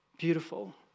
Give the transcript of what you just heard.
Beautiful